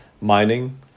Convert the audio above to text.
mining